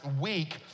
week